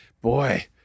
boy